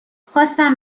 خواستم